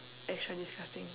extra disgusting